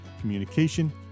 communication